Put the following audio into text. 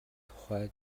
тухай